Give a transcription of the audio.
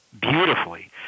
beautifully